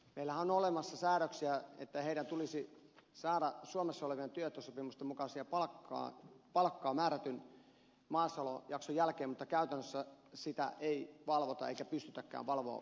meillähän on olemassa säädöksiä että heidän tulisi saada suomessa olevien työehtosopimusten mukaista palkkaa määrätyn maassaolojakson jälkeen mutta käytännössä sitä ei valvota eikä pystytäkään valvomaan